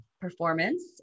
performance